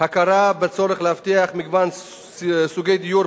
הכרה בצורך להבטיח מגוון סוגי דיור